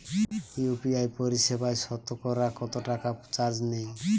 UPI পরিসেবায় সতকরা কতটাকা চার্জ নেয়?